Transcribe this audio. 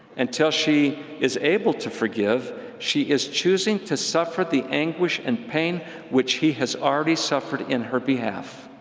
until she is able to forgive, she is choosing to suffer the anguish and pain which he has already suffered in her behalf.